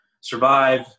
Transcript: survive